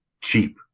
cheap